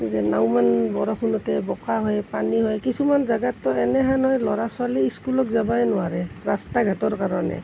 যে এনাওমান বৰষুণতে বোকা হয় পানী হয় কিছুমান জেগাতটো এনেহেন হয় ল'ৰা ছোৱালী স্কুলত যাবয়ে নোৱাৰে ৰাস্তা ঘাটৰ কাৰণে